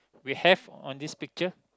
we have on this picture